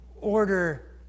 order